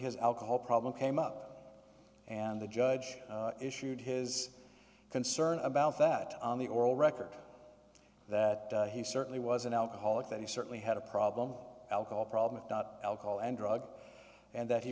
his alcohol problem came up and the judge issued his concern about that on the oral record that he certainly was an alcoholic that he certainly had a problem alcohol problem alcohol and drug and that he